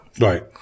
right